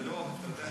זה לא,